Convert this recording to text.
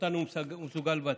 שאותה הוא מסוגל לבצע,